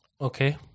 Okay